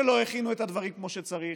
שלא הכינו את הדברים כמו שצריך.